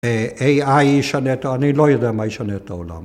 AI ישנה את העולם, ‫אני לא יודע מה ישנה את העולם.